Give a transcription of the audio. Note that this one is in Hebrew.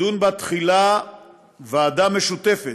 תדון בה תחילה ועדה משותפת,